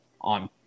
on